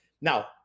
now